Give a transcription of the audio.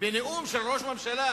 בנאום של ראש ממשלה,